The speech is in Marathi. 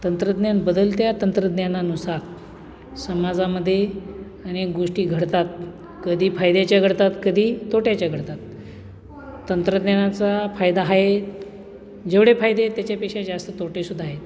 तंत्रज्ञान बदलत्या तंत्रज्ञानानुसार समाजामध्ये अनेक गोष्टी घडतात कधी फायद्याच्या घडतात कधी तोट्याच्या घडतात तंत्रज्ञानाचा फायदा आहे जेवढे फायदे आहेत त्याच्यापेक्षा जास्त तोटेसुद्धा आहेत